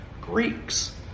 Greeks